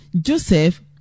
Joseph